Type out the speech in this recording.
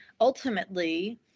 ultimately